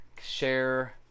share